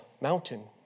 mountain